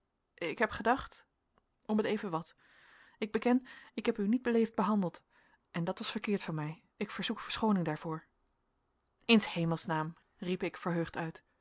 ik heb gedacht om t even wat ik beken ik heb u niet beleefd behandeld en dat was verkeerd van mij ik verzoek verschooning daarvoor in s hemelsnaam riep ik verheugd uit